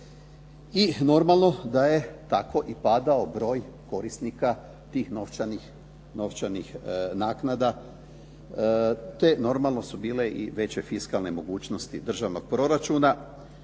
I normalno da je tako i padao broj korisnika tih novčanih naknada, te normalno su bile i veće fiskalne mogućnosti državnog proračuna